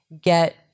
get